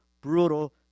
brutal